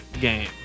game